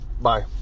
Bye